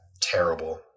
terrible